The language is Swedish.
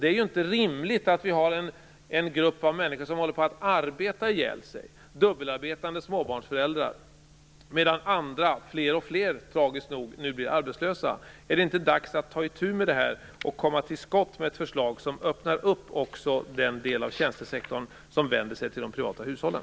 Det är inte rimligt att en grupp av människor håller på att arbeta ihjäl sig - dubbelarbetande småbarnsföräldrar - medan andra, fler och fler, tragiskt nog blir arbetslösa. Är det inte dags att ta itu med det här och komma till skott med ett förslag som också öppnar den del av tjänstesektorn som vänder sig till de privata hushållen?